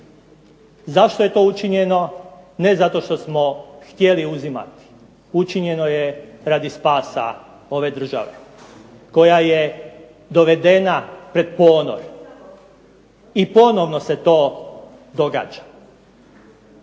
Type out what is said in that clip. zašto je to učinjeno. Ne zato što smo htjeli uzimati, učinjeno je radi spasa ove države koja je dovedena pred ponor i ponovno se to događa.